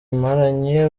maranye